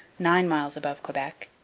nine miles above quebec,